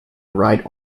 right